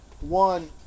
One